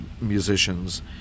musicians